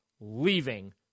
leaving